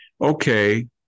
okay